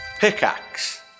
Pickaxe